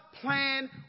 plan